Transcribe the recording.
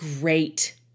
great